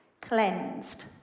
cleansed